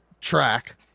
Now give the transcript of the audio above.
track